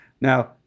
Now